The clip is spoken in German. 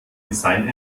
design